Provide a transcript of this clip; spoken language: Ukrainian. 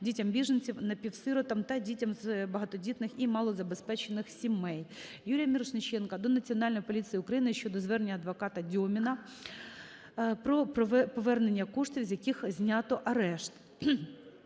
дітям біженців, напівсиротам та дітям з багатодітних і малозабезпечених сімей. Юрія Мірошниченка до Національної поліції України щодо звернення адвоката Дьоміна про повернення коштів, з яких знято арешт.